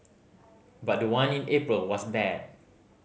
but the one in April was bad